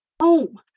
home